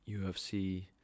UFC